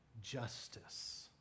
justice